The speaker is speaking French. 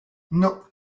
non